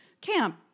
camp